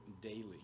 daily